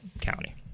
county